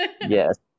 Yes